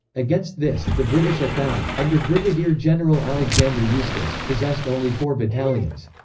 against this, the british at thal, under brigadier general alexander eustace, possessed only four battalions.